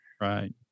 Right